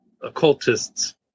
occultists